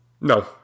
No